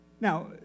Now